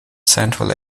central